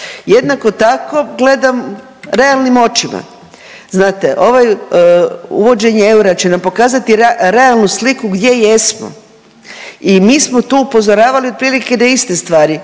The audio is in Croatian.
Jednako tako gledam realnim očima, znate ovaj uvođenje eura će nam pokazati realnu sliku gdje jesmo i mi smo tu upozoravali otprilike na iste stvari,